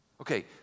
okay